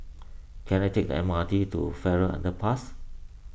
can I take the M R T to Farrer Underpass